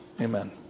amen